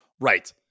Right